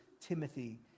Timothy